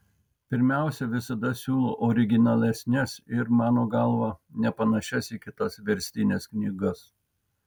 pirmiausia visada siūlau originalesnes ir mano galva nepanašias į kitas verstines knygas